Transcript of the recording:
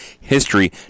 history